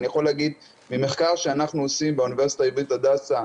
אני יכול להגיד ממחקר שאנחנו עושים באוניברסיטה העברית הדסה.